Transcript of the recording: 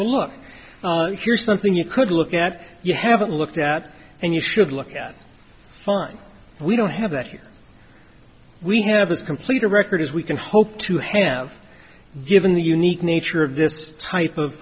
look here's something you could look at you haven't looked at and you should look at fun we don't have that you we have as complete a record as we can hope to have given the unique nature of this type of